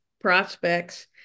prospects